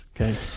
Okay